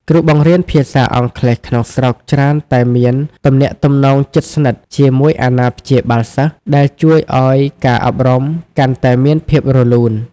គ្រូបង្រៀនភាសាអង់គ្លេសក្នុងស្រុកច្រើនតែមានទំនាក់ទំនងជិតស្និទ្ធជាមួយអាណាព្យាបាលសិស្ស ដែលជួយឱ្យការអប់រំកាន់តែមានភាពរលូន។